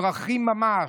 פרחים ממש,